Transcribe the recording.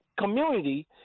community